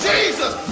Jesus